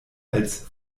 als